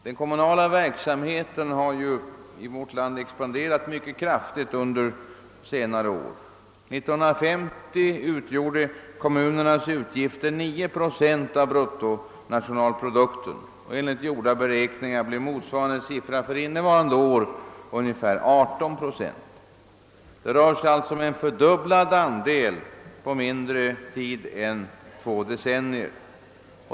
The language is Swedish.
Den kommunala verksamheten har i vårt land expanderat mycket kraftigt under senare år. 1950 utgjorde kommunernas utgifter 9 procent av bruttonationalprodukten, och enligt gjorda beräkningar blir motsvarande siffra för innevarande år ungefär 18 procent. Det rör sig alltså om en fördubblad andel på mindre tid än två decennier.